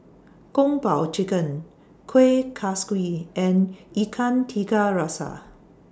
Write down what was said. Kung Po Chicken Kuih Kaswi and Ikan Tiga Rasa